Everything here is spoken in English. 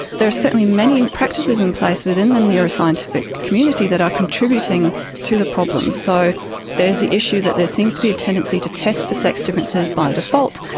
there are certainly many practices in place within the neuroscientific community that are contributing to the problem, so there's the issue that there seems to be a tendency to test for sex differences by default,